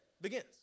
begins